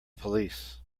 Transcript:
police